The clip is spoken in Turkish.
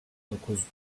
dokuz